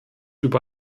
über